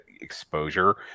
exposure